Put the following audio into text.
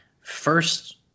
first